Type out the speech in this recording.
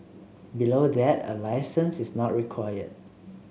below that a licence is not required